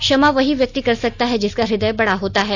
क्षमा वहीं व्यक्ति कर सकता है जिसका इदय बड़ा होता है